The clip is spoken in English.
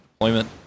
deployment